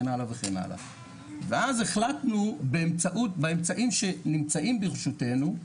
ואז החלטנו באמצעים שנמצאים ברשותנו,